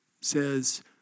says